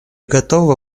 готовы